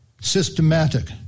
systematic